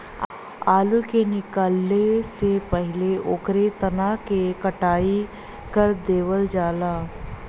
आलू के निकाले से पहिले ओकरे तना क कटाई कर देवल जाला